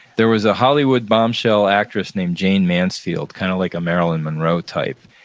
there was a hollywood bombshell actress named jane mansfield, kind of like a marilyn monroe type,